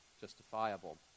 justifiable